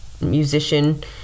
musician